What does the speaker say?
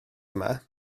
yma